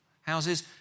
Houses